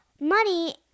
Money